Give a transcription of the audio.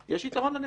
יש יתרון לניסיון.